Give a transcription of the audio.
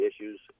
issues